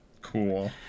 Cool